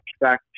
back